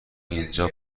اینجا